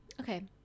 okay